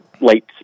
late